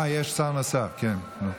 אה, יש שר נוסף, כן.